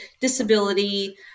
disability